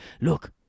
look